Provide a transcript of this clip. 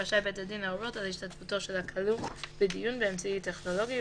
רשאי בית הדין להורות על השתתפותו של הכלוא בדיון באמצעי טכנולוגי,